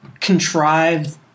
contrived